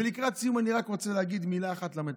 ולקראת סיום אני רק רוצה להגיד מילה אחת למטפלות: